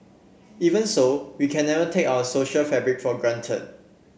even so we can never take our social fabric for granted